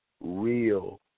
real